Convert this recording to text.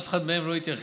אף אחד מהם לא התייחס